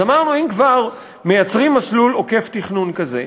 אז אמרנו, אם כבר מייצרים מסלול עוקף-תכנון כזה,